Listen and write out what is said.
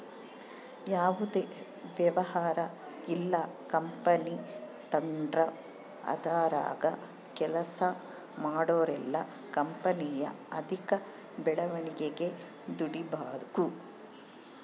ಯಾವುದೇ ವ್ಯವಹಾರ ಇಲ್ಲ ಕಂಪನಿ ತಾಂಡ್ರು ಅದರಾಗ ಕೆಲ್ಸ ಮಾಡೋರೆಲ್ಲ ಕಂಪನಿಯ ಆರ್ಥಿಕ ಬೆಳವಣಿಗೆಗೆ ದುಡಿಬಕು